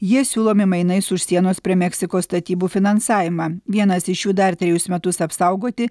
jie siūlomi mainais už sienos prie meksikos statybų finansavimą vienas iš jų dar trejus metus apsaugoti